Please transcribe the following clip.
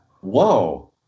Whoa